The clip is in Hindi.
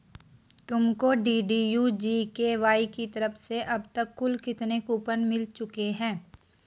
तुमको डी.डी.यू जी.के.वाई की तरफ से अब तक कुल कितने कूपन मिल चुके हैं?